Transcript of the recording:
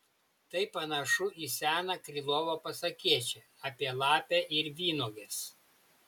tai panašu į seną krylovo pasakėčią apie lapę ir vynuoges